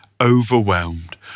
overwhelmed